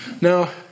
Now